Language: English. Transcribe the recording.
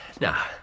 Now